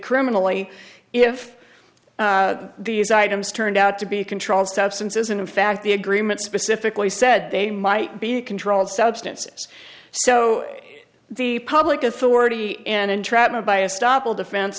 criminally if these items turned out to be controlled substances and in fact the agreement specifically said they might be controlled substances so the public authority and entrapment by a stop all defen